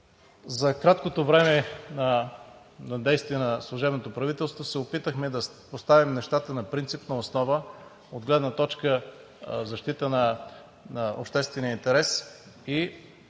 за краткото време на действие на служебното правителство се опитахме да поставим нещата на принципна основа, от гледна точка на защита на обществения интерес и